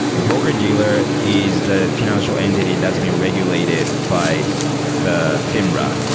broker-dealer is the fi nancial entity that is being regulated by the finra,